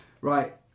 right